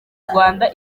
rwanda